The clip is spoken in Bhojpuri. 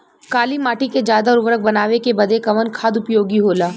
काली माटी के ज्यादा उर्वरक बनावे के बदे कवन खाद उपयोगी होला?